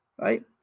right